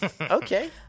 Okay